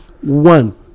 One